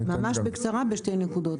ממש בקצרה, בשתי נקודות.